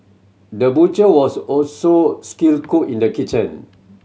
the butcher was also skilled cook in the kitchen